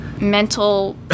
mental